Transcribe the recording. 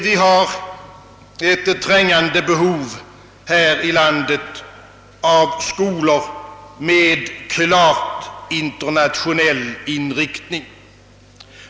Vi har ett trängande behov här i landet av skolor med klart internationell. inriktning.